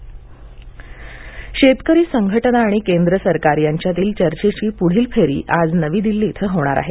शेतकरी आंदोलन शेतकरी संघटना आणि केंद्र सरकार यांच्यातील चर्चेची पुढील फेरी आज नवी दिल्ली इथं होणार आहे